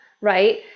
right